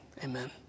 Amen